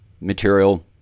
material